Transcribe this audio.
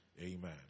Amen